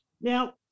Now